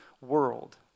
world